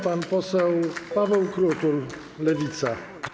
Pan poseł Paweł Krutul, Lewica.